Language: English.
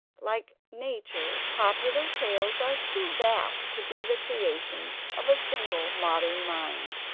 like nature, popular tales are too vast to be the creation of a single modern mind.